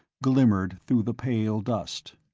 glimmered through the pale dust.